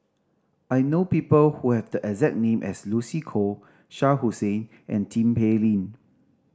I know people who have the exact name as Lucy Koh Shah Hussain and Tin Pei Ling